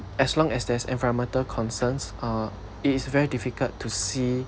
as long as there's environmental concerns uh it is very difficult to see